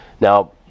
Now